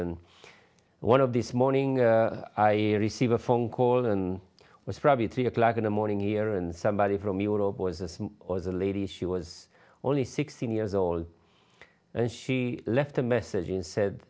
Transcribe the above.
and one of this morning i received a phone call and was probably three o'clock in the morning here and somebody from euro bourses or the lady she was only sixteen years old and she left a message and said